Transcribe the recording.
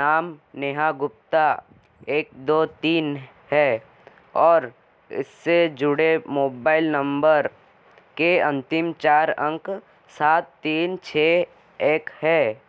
नाम नेहा गुप्ता एक दो तीन है और इससे जुड़े मोबाइल नम्बर के अंतिम चार अंक सात तीन छः एक हैं